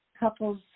couples